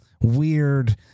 weird